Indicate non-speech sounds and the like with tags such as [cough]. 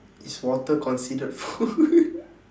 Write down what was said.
is water considered food [laughs]